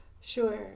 Sure